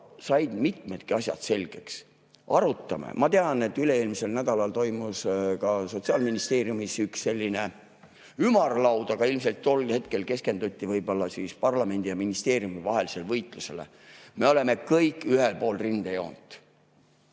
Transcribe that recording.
said mitmedki asjad selgeks. Arutame! Ma tean, et üle-eelmisel nädalal toimus ka Sotsiaalministeeriumis üks selline ümarlaud, aga ilmselt tol hetkel keskenduti parlamendi ja ministeeriumi vahelisele võitlusele. Me oleme kõik ühel pool rindejoont.